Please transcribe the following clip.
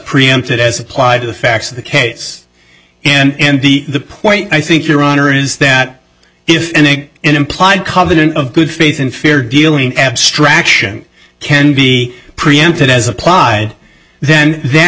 preempted as applied to the facts of the case and the the point i think your honor is that if an implied covenant of good faith and fair dealing abstraction can be preempted as applied then that